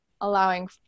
allowing